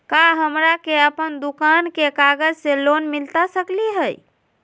का हमरा के अपन दुकान के कागज से लोन मिलता सकली हई?